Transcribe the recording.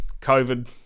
COVID